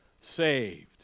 Saved